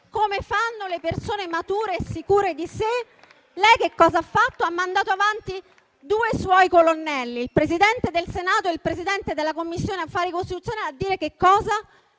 come fanno le persone mature e sicure di sé *(Applausi. Commenti)*, lei ha mandato avanti due suoi colonnelli, il Presidente del Senato e il Presidente della Commissione affari costituzionali, a dire che le